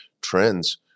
trends